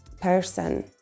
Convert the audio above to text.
person